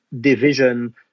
division